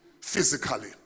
Physically